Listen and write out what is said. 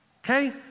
Okay